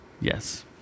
Yes